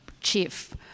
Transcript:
Chief